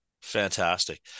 Fantastic